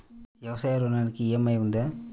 వ్యవసాయ ఋణానికి ఈ.ఎం.ఐ ఉందా?